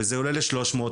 וזה עולה לשלוש מאות.